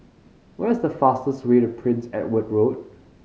what is the fastest way to Prince Edward Road